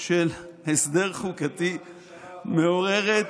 של הסדר חוקתי מעוררת,